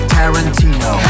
Tarantino